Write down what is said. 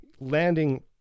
Landing